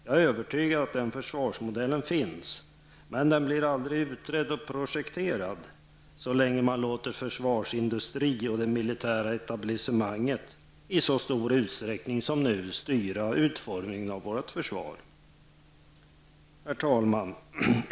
Jag är ävertygad om att den försvarsmodellen finns, men den blir aldrig utredd och projekterad så länge man låter försvarsindustrin och det militära etablissemanget i så stor utsträckning som nu styra utformningen av vårt försvar. Herr talman!